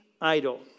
idol